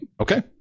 Okay